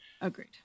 Agreed